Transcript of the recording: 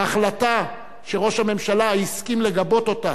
ההחלטה, שראש הממשלה הסכים לגבות אותה,